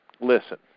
listen